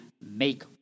make